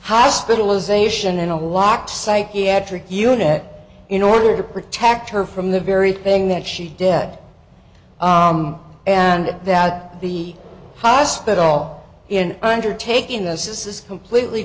hospitalization in a locked psychiatric unit in order to protect her from the very thing that she dead and that the hospital in undertaking this is is completely